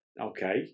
Okay